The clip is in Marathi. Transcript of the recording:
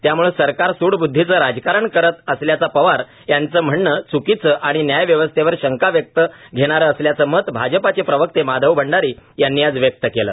त्यामुळे सरकार सुडबुध्दीचे राजकारण करीत असल्याचा पवार यांचे म्हणणे चूकीचे आणि न्याय व्यवस्थेवर शंका व्यक्त घेणारे असल्याचे मत भाजपचे प्रवक्ते माधव भंडारी यांनी आज व्यक्त केले